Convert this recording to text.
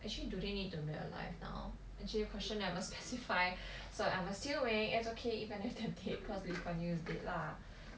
actually do they need to be alive now as in the question never specify so I'm assuming it's okay even if they're dead cause lee kuan yew is dead lah